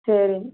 சரி